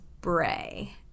Bray